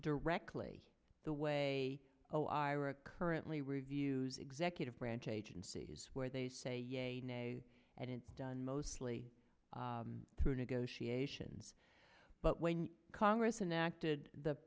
directly the way oh are currently reviews executive branch agencies where they say and it's done mostly through negotiations but when congress and acted the